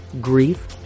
grief